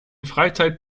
freizeit